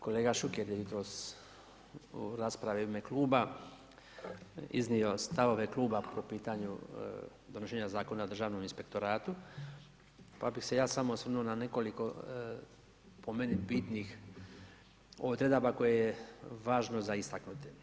Kolega Šuker je jutros u raspravi u ime kluba iznio stavove kluba po pitanju donošenja Zakona o Državnom inspektoratu pa bih se ja samo osvrnuo na nekoliko po meni bitnih odredaba koje je važno za istaknuti.